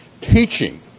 Teaching